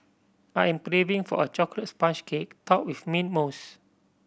I am craving for a chocolate sponge cake topped with mint mousse